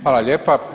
Hvala lijepa.